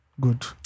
Good